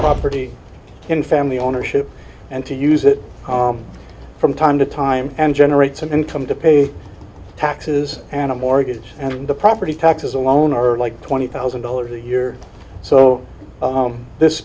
property in family ownership and to use it from time to time and generate some income to pay taxes and a mortgage and the property taxes alone are like twenty thousand dollars a year so this